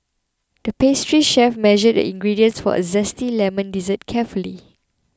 the pastry chef measured the ingredients for a Zesty Lemon Dessert carefully